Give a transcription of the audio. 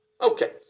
Okay